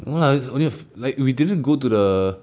no lah it's only a few like we didn't go to the